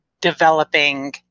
developing